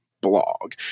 blog